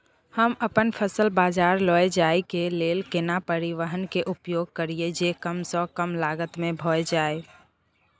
हम अपन फसल बाजार लैय जाय के लेल केना परिवहन के उपयोग करिये जे कम स कम लागत में भ जाय?